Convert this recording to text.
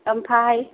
ओमफ्राय